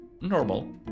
normal